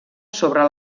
sobre